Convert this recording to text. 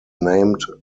named